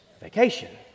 vacation